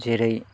जेरै